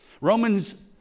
Romans